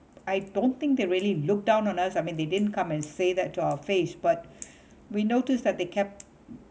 I don't think they really look down on us I mean they didn't come and say that to our face but we noticed that they kept